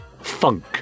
funk